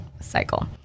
cycle